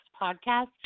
podcast